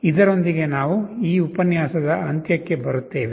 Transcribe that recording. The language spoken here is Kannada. ಇದರೊಂದಿಗೆ ನಾವು ಈ ಉಪನ್ಯಾಸದ ಅಂತ್ಯಕ್ಕೆ ಬರುತ್ತೇವೆ